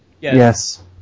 Yes